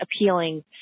appealing